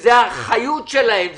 שזה החיות שלהם,